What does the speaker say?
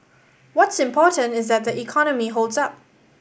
what's important is that the economy holds up